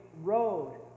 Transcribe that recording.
road